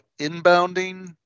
inbounding